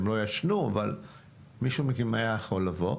הם לא ישנו אבל מישהו מהם היה יכול לבוא,